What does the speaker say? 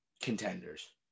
contenders